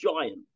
giant